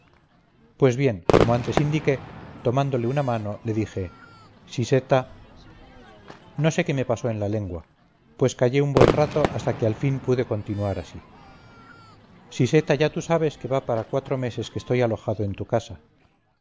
pues bien como antes indiqué tomándole una mano le dije siseta no sé qué me pasó en la lengua pues callé un buen rato hasta que al fin pude continuar así siseta ya tú sabes que va para cuatro meses que estoy alojado en tu casa